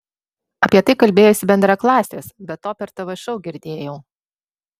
apie tai kalbėjosi bendraklasės be to per tv šou girdėjau